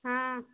ହଁ